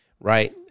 right